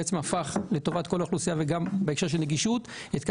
הפך לטובת כל האוכלוסייה וגם בהקשר של נגישות את זה